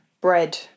bread